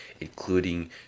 including